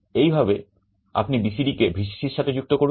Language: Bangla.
এইভাবে আপনি BCD কে Vcc এর সাথে যুক্ত করুন